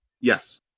Yes